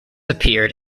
appeared